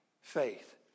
faith